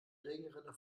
regenrinne